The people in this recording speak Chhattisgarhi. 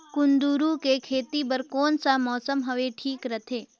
कुंदूरु के खेती बर कौन सा मौसम हवे ठीक रथे?